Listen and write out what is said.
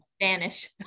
Spanish